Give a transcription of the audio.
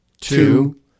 two